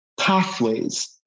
pathways